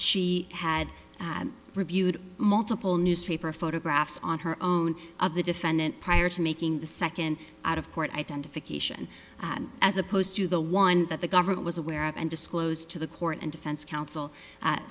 she had reviewed multiple newspaper photographs on her own of the defendant prior to making the second out of court identification as opposed to the one that the government was aware of and disclosed to the court and defense counsel